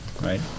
right